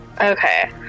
Okay